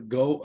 go